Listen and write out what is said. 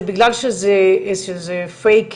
זה בגלל שזה פייקי.